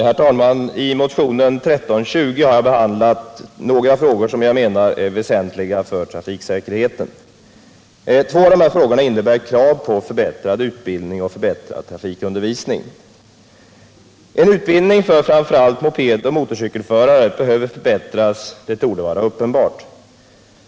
Herr talman! I motionen 1320 har jag behandlat några frågor som jag — Trafiksäkerhet och menar är väsentliga för trafiksäkerheten. Två av dessa frågor innebär = trafikföreskrifter, krav på förbättrad trafikundervisning. m.m. Att utbildningen för framför allt mopedoch motorcykelförare behöver förbättras torde vara uppenbart.